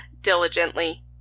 diligently